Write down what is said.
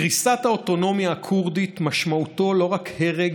קריסת האוטונומיה הכורדית משמעותה לא רק הרג,